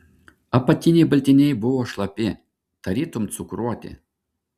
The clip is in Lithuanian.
apatiniai baltiniai buvo šlapi tarytum cukruoti